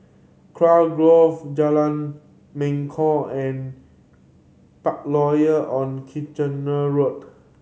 Kurau Grove Jalan Mangkok and Parkroyal on Kitchener Road